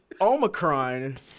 omicron